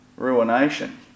Ruination